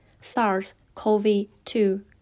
SARS-CoV-2